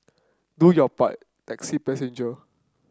do your part taxi passenger